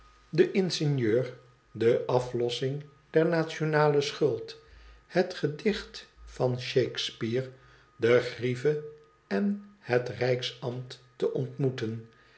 den ingenieur de aflossmg der nationale schuld het gedicht van shakespeare de grieve en het rijksambt te ontmoeten